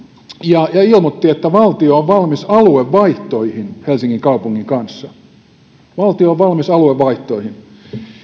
käsittelyyn kansalaisaloitteen yhteydessä ja ilmoitti että valtio on valmis aluevaihtoihin helsingin kaupungin kanssa valtio on valmis aluevaihtoihin